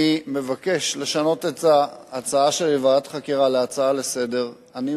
אני מבקש לשנות את ההצעה שלי לוועדת חקירה להצעה לסדר-היום.